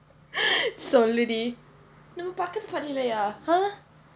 சொல்லு டி நம்ம பக்கத்து பள்ளியில்லையா:sollu di namma pakkathu palliyillaiyaa